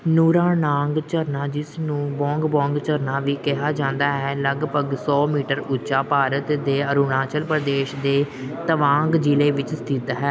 ਨੁਰਾਨਾਂਗ ਝਰਨਾ ਜਿਸ ਨੂੰ ਬੋਂਗ ਬੋਂਗ ਝਰਨਾ ਵੀ ਕਿਹਾ ਜਾਂਦਾ ਹੈ ਲਗਭਗ ਸੌ ਮੀਟਰ ਉੱਚਾ ਭਾਰਤ ਦੇ ਅਰੁਣਾਚਲ ਪ੍ਰਦੇਸ਼ ਦੇ ਤਵਾਂਗ ਜ਼ਿਲ੍ਹੇ ਵਿੱਚ ਸਥਿਤ ਹੈ